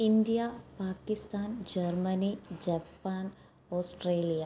India Pakistan Germany Japan Australia